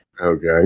Okay